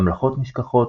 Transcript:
ממלכות נשכחות,